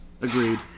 Agreed